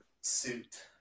suit